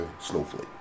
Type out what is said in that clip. Snowflake